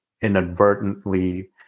inadvertently